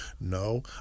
No